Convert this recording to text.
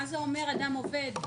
מה זה אומר אדם עובד?